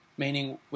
meaning